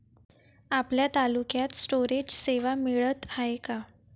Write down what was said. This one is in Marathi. आपल्या तालुक्यात स्टोरेज सेवा मिळत हाये का?